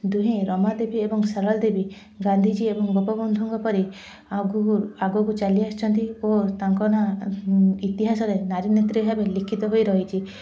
ଦୁହେଁ ରମାଦେବୀ ଏବଂ ସାରଳା ଦେବୀ ଗାନ୍ଧିଜୀ ଏବଂ ଗୋପବନ୍ଧୁଙ୍କ ପରି ଆଗକୁ ଆଗକୁ ଚାଲି ଆସିଛନ୍ତି ଓ ତାଙ୍କ ନା ଇତିହାସରେ ନାରୀନେତ୍ରୀ ଭାବରେ ଲିଖିତ ହୋଇ ରହିଛି